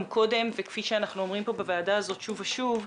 קודם וכפי שאנחנו אומרים בוועדה הזאת שוב ושוב,